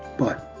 but